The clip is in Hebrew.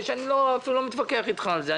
אני לא מתווכח אתך על זה.